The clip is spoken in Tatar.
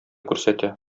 күрсәтә